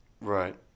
Right